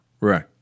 Right